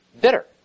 Bitter